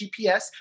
GPS